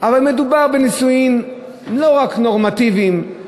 אבל מדובר בנישואין לא רק נורמטיביים,